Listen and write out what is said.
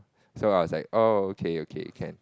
so I was like oh okay okay can